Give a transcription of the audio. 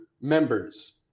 members